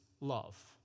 love